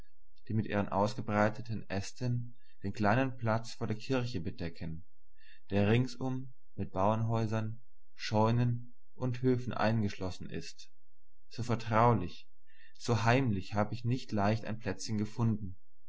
die mit ihren ausgebreiteten sten den kleinen platz vor der kirche bedecken der ringsum mit bauerhäusern scheunen und höfen eingeschlossen ist so vertraulich so heimlich hab ich nicht leicht ein plätzchen gefunden